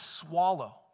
swallow